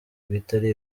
ibitari